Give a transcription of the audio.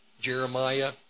Jeremiah